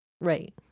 Right